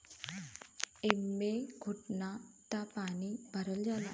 एम्मे घुटना तक पानी भरल जाला